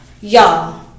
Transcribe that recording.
Y'all